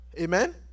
Amen